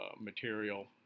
material